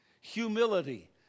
humility